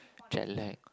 jet lag